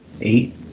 eight